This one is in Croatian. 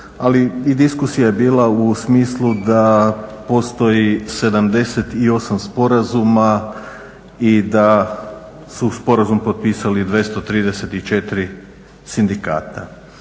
ali i diskusija je bila u smislu da postoji 78 sporazuma i da su sporazum potpisali 234 sindikata.